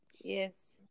Yes